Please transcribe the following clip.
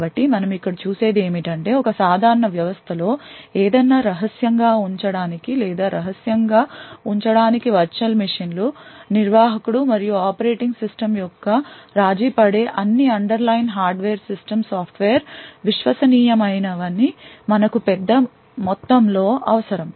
కాబట్టి మనం ఇక్కడ చూసే ది ఏమిటంటే ఒక సాధారణ వ్యవస్థ లో ఏదైనా రహస్యం గా ఉంచడానికి లేదా రహస్యం గా ఉంచడానికి వర్చువల్ మిషన్ లు నిర్వాహకుడు మరియు ఆపరేటింగ్ సిస్టమ్ యొక్క రాజీ పడే అన్ని అండర్లైన్ హార్డ్వేర్ సిస్టమ్ సాఫ్ట్వేర్ విశ్వసనీయమైన వని మనకు పెద్ద మొత్తం లో అవసరం